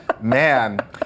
Man